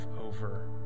over